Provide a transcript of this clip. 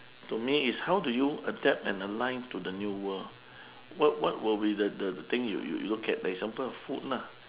to me is how do you adapt and align to the new world what what will be the the the thing you you look at example food lah